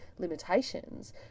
limitations